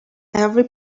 every